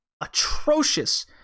atrocious